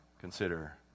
consider